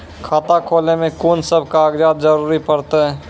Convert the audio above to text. खाता खोलै मे कून सब कागजात जरूरत परतै?